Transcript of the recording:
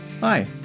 Hi